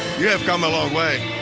you have come a long way.